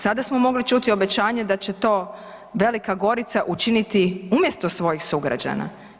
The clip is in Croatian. Sada smo mogli čuti obećanje da će to Velika Gorica učiniti umjesto svojih sugrađana.